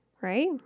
Right